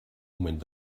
moment